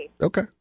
Okay